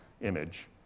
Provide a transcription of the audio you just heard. image